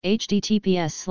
https